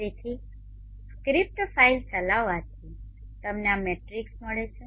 તેથી script file ચલાવવાથી તમને આ મેટ્રિક્સ મળે છે